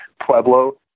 Pueblo